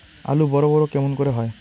আলু বড় বড় কেমন করে হয়?